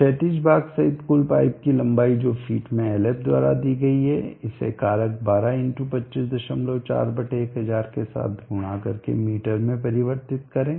क्षैतिज भाग सहित कुल पाइप की लंबाई जो फीट में Lf द्वारा दी गई है इसे कारक 12×2541000 के साथ गुणा करके मीटर में परिवर्तित करें